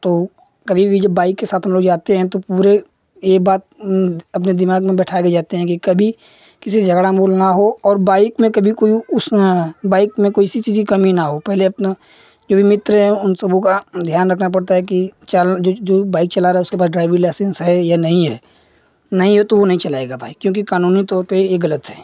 तो कभी भी जब बाइक के साथ हम लोग जाते हैं तो पूरे ये बात अपने दिमाग में बैठा कर जाते हैं कि कभी किसी से झगड़ा मोल न हो और बाइक में कभी कोई उस बाइक में किसी चीज की कमी न हो पहले अपना जो भी मित्र हैं उन सभों का ध्यान रखना पड़ता है कि चाल जो जो भी बाइक चला रहा है उसके पास ड्राइवी लाइसेंस है या नहीं है नहीं हो तो वो नहीं चलाएगा भाई क्योंकि कानूनी तौर पर ये गलत है